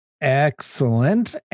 Excellent